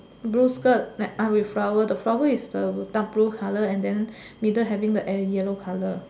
blue skirt with flower the flower is a dark blue colour and then middle having the yellow colour